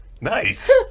Nice